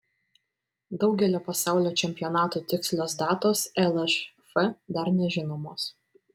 daugelio pasaulio čempionatų tikslios datos lšf dar nežinomos